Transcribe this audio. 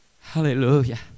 Hallelujah